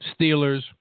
Steelers